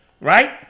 right